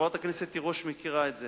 חברת הכנסת תירוש מכירה את זה.